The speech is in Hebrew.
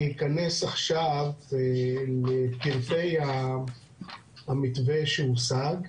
אני אכנס עכשיו לפרטי המתווה שהושג.